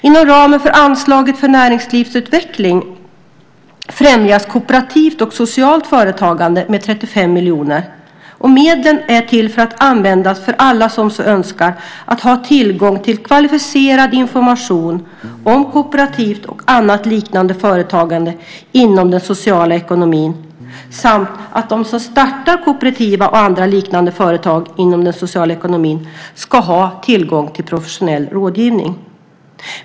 Inom ramen för anslaget för näringslivsutveckling främjas kooperativt och socialt företagande med 35 miljoner. Medlen är till för att användas för att alla som så önskar ska ha tillgång till kvalificerad information om kooperativt och annat liknande företagande inom den sociala ekonomin samt att de som startar kooperativa och andra liknande företag inom den sociala ekonomin ska ha tillgång till professionell rådgivning.